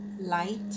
light